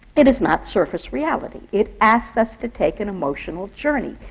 it is not surface reality. it asks us to take an emotional journey.